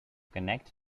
connect